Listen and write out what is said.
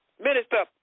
Minister